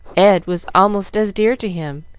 ed was almost as dear to him,